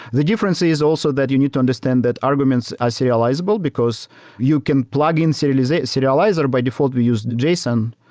the difference is also that you need to understand that arguments as so realizable, because you can plug in serializer. by default, we use json.